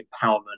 empowerment